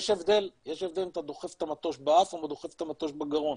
יש הבדל אם אתה דוחף את המטוש באף או אתה דוחף את המטוש בגרון.